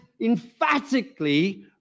emphatically